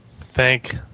thank